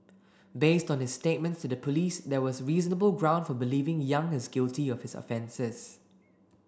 based on his statements to the police there was reasonable ground for believing Yang is guilty of his offences